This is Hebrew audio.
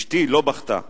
אשתי לא בכתה.